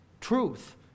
Truth